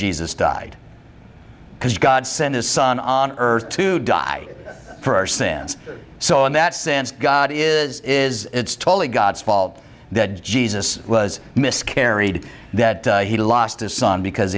jesus died because god sent his son on earth to die for our sins so in that sense god is is it's totally god's fault that jesus was miscarried that he lost his son because